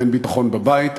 אין ביטחון בבית,